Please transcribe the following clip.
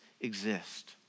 exist